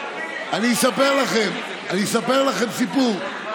אני רוצה שמישהו יגיד לי: האם בנורבגיה בכלל,